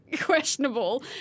questionable